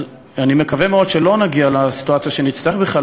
אז אני מקווה מאוד שלא נגיע לסיטואציה שנצטרך בכלל